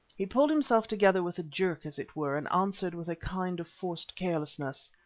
he pulled himself together with a jerk, as it were, and answered with a kind of forced carelessness.